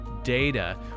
Data